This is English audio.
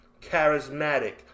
charismatic